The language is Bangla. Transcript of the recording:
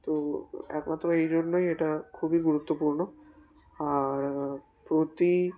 তো একমাত্র এই জন্যই এটা খুবই গুরুত্বপূর্ণ আর প্রতি